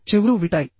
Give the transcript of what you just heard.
చెవులు వింటాయి